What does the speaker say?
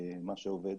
מה שעובד